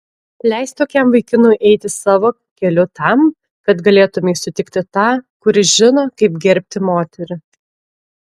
leisk tokiam vaikinui eiti savo keliu tam kad galėtumei sutikti tą kuris žino kaip gerbti moterį